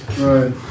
Right